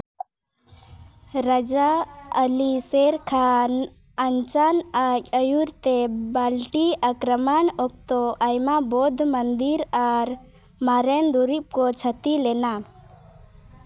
ᱨᱟᱡᱟ ᱟᱹᱞᱤ ᱥᱮᱨ ᱠᱷᱟᱱ ᱟᱱᱪᱟᱱ ᱟᱡ ᱟᱹᱭᱩᱨ ᱛᱮ ᱵᱟᱹᱞᱴᱤ ᱟᱠᱨᱚᱢᱚᱱ ᱚᱠᱛᱚ ᱟᱭᱢᱟ ᱵᱳᱫᱷᱚ ᱢᱚᱱᱫᱤᱨ ᱟᱨ ᱢᱟᱨᱮᱹᱱ ᱫᱩᱨᱤᱵᱽ ᱠᱚ ᱠᱷᱚᱛᱤ ᱞᱮᱱᱟ